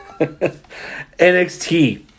nxt